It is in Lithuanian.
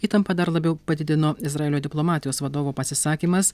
įtampa dar labiau padidino izraelio diplomatijos vadovo pasisakymas